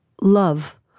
love